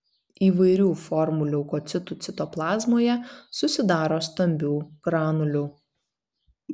įvairių formų leukocitų citoplazmoje susidaro stambių granulių